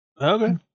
Okay